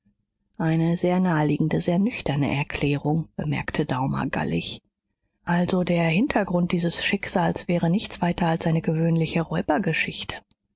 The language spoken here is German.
eine sehr naheliegende sehr nüchterne erklärung bemerkte daumer gallig also der hintergrund dieses schicksals wäre nichts weiter als eine gewöhnliche